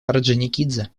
орджоникидзе